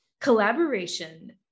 collaboration